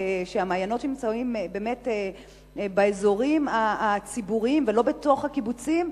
שהמעיינות שנמצאים באמת באזורים הציבוריים ולא בתוך הקיבוצים,